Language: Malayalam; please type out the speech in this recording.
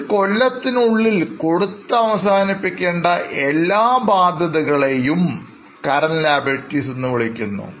ഒരു കൊല്ലത്തിനുള്ളിൽ കൊടുത്തു അവസാനിപ്പിക്കേണ്ട എല്ലാ ബാധ്യതകളെയും Current Liabilitiesഎന്നു അനു വിളിക്കുന്നു